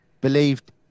believed